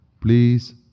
please